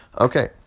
Okay